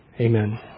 Amen